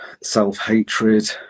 self-hatred